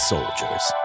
Soldiers